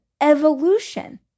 evolution